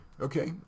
Okay